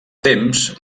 temps